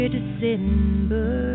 December